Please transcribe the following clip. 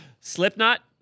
Slipknot